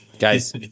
Guys